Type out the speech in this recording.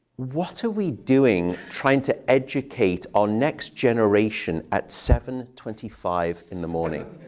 what are we doing trying to educate our next generation at seven twenty five in the morning?